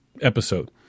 episode